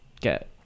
get